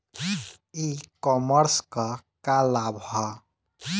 ई कॉमर्स क का लाभ ह?